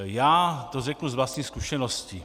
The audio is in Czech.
Já to řeknu z vlastní zkušenosti.